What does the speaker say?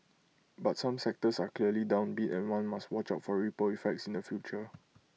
but some sectors are clearly downbeat and one must watch out for ripple effects in the future